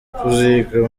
kuziga